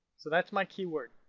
so that's my keyword.